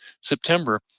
September